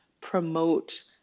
promote